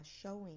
showing